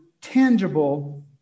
tangible